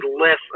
less